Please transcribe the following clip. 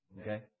Okay